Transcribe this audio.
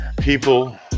people